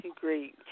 Great